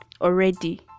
already